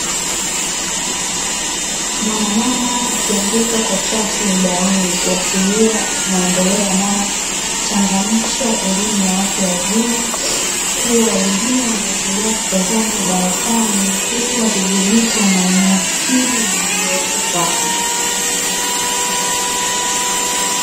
Mwanamama akiandika kwa chaki ubaoni, kuashiria maendeleo yanayochangamsha elimu ya watu wazima; kuwa wengine wanaendelea kutazama darasani, huku akigubikwa na umahiri uliowekwa kwake.